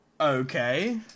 Okay